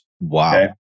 Wow